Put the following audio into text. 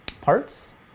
parts